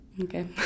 Okay